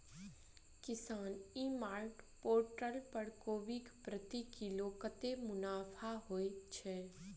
किसान e mart portal पर कोबी प्रति किलो कतै मुनाफा होइ छै?